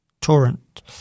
Torrent